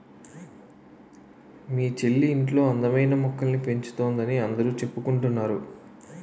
మీ చెల్లి ఇంట్లో అందమైన మొక్కల్ని పెంచుతోందని అందరూ చెప్పుకుంటున్నారు